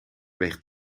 weegt